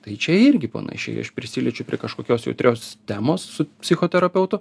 tai čia irgi panašiai aš prisiliečiu prie kažkokios jautrios temos su psichoterapeutu